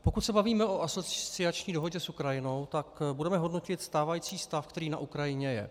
Pokud se bavíme o asociační dohodě s Ukrajinou, tak budeme hodnotit stávající stav, který na Ukrajině je.